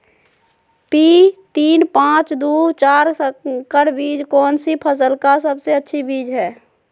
P तीन पांच दू चार संकर बीज कौन सी फसल का सबसे अच्छी बीज है?